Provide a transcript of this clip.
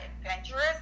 adventurous